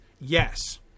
yes